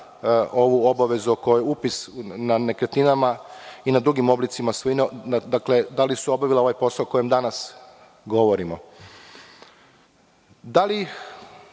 ovu obavezu upisa na nekretninama i na drugim oblicima svojine, da li su obavila ovaj posao o kojem danas govorimo. Da li